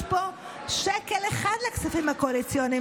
פה שקל אחד לכספים הקואליציוניים,